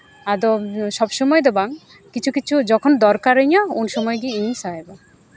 ᱟᱫᱚ ᱥᱚᱵ ᱥᱚᱢᱚᱭ ᱫᱚ ᱵᱟᱝ ᱠᱤᱪᱷᱩ ᱠᱤᱪᱷᱩ ᱡᱚᱠᱷᱚᱱ ᱫᱚᱨᱠᱟᱨᱤᱧᱟᱹ ᱩᱱ ᱥᱚᱢᱚᱭ ᱜᱮ ᱤᱧ ᱥᱟᱦᱮᱸᱫᱟ